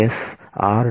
B s